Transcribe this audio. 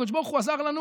הקדוש ברוך הוא עזר לנו,